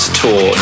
tour